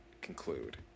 conclude